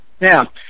now